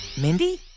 Mindy